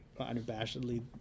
unabashedly